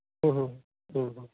ᱦᱮᱸ ᱦᱮᱸ